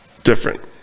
Different